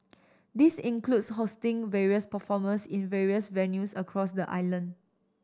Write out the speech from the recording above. this includes hosting various performers in various venues across the island